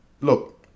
look